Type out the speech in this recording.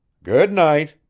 good night,